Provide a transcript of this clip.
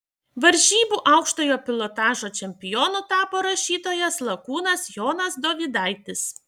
varžybų aukštojo pilotažo čempionu tapo rašytojas lakūnas jonas dovydaitis